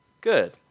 Good